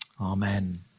Amen